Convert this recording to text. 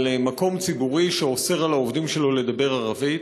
על מקום ציבורי שאוסר על העובדים שלו לדבר ערבית.